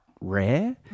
rare